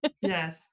Yes